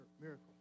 miracle